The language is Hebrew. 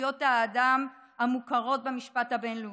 מזכויות האדם המוכרות במשפט הבין-לאומי.